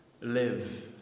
live